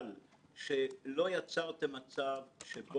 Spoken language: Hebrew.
הייתה ועדה שדנה בדיוק בדברים האלה שצריך לדון בהם.